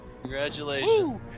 Congratulations